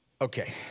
Okay